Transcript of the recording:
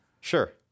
Sure